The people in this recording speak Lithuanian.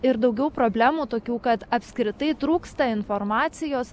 ir daugiau problemų tokių kad apskritai trūksta informacijos